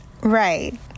Right